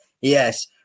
Yes